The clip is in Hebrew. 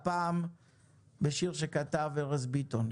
הפעם בשיר שכתב ארז ביטון,